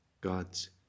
God's